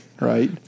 right